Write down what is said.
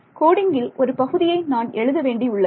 கோடிங்கில் ஒரு பகுதியை நான் எழுத வேண்டியுள்ளது